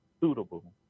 suitable